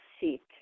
seek